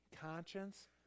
conscience